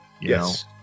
Yes